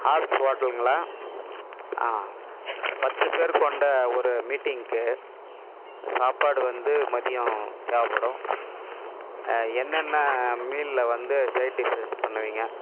ads ஓட்டலுங்களா ஆ பத்து பேர் கொண்ட ஒரு மீட்டிங்கு சாப்பாடு வந்து மதியம் தேவைப்படும் என்னென்னா மீலில் வந்து சைட் டிஷ்ஷஸ் பண்ணுவீங்க